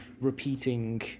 repeating